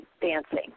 dancing